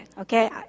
Okay